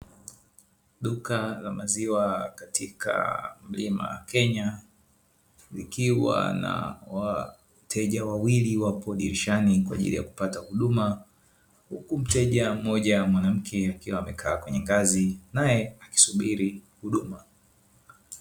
Duka la maziwa katika mlima Kenya, likiwa na wateja wawili wapo dirishani, kwaajili ya kupata huduma huku mteja mmoja mwanamke amekaa kwenye ngazi nae akisubiri huduma.